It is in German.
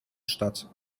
statt